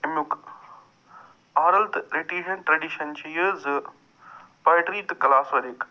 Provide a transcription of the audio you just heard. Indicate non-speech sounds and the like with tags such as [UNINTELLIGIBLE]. اَمیُک آرل تہٕ [UNINTELLIGIBLE] ٹرٮ۪ڈِشن چھُ یہِ زٕ پۄیٹرٛی تہٕ کلاس ؤرک